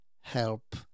help